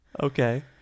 Okay